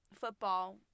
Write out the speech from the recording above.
Football